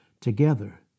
Together